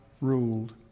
ruled